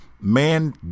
Man